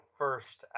first